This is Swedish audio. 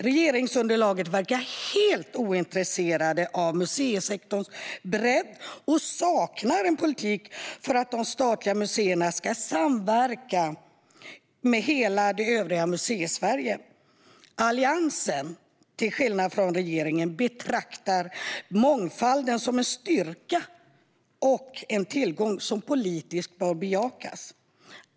Regeringsunderlaget verkar helt ointresserat av museisektorns bredd och saknar en politik för att de statliga museerna ska samverka med hela det övriga Museisverige. Alliansen, till skillnad från regeringen, betraktar mångfalden som en styrka och tillgång som politiskt bör bejakas.